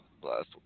Last